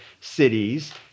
cities